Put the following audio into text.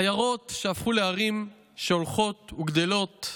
עיירות שהפכו לערים שהולכות וגדלות.